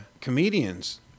comedians